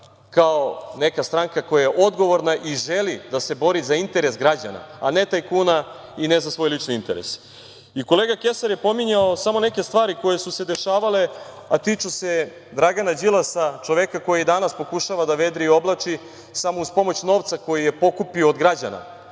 kao neka stranka koja je odgovorna i želi da se bori za interes građana, a ne tajkuna i ne za svoj lični interes. Kolega Kesar je pominjao samo neke stvari koje su se dešavale, a tiču se Dragana Đilasa, čoveka koji danas pokušava da vedri i oblači samo uz pomoć novca koji je pokupio od građana